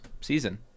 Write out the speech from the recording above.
season